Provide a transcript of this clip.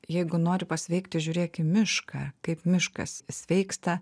jeigu nori pasveikti žiūrėk į mišką kaip miškas sveiksta